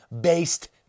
based